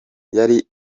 yari